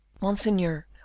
Monseigneur